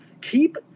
keep